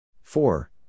Four